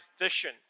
vision